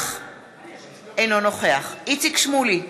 אינו נוכח איציק שמולי,